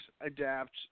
adapt